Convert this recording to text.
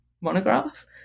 monograph